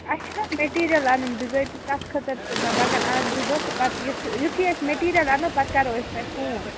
اَسہِ چھُ نہ حظ مِٹیرِیل اَنُن بِذٲتی تَتھ خٲطرٕ تہِ ما لَگن اکھ زٕ دۅہ تہٕ پَتہٕ یُتھ یِتھُے أسۍ مِٹیٖرِیل اَنو پَتہٕ کَرو أسۍ تۅہہِ فون